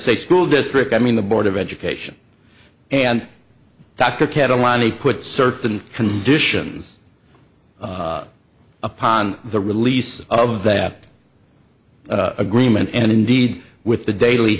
say school district i mean the board of education and dr caroline they put certain conditions upon the release of that agreement and indeed with the daily